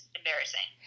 embarrassing